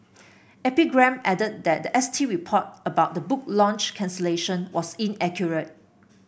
epigram added that the S T report about the book launch cancellation was inaccurate